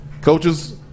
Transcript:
Coaches